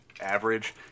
average